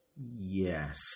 Yes